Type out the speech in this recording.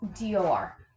DOR